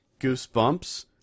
Goosebumps